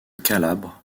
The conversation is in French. calabre